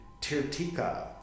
Tirtika